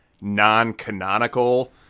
non-canonical